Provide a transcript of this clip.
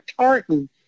tartan